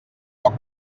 poc